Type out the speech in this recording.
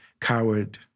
coward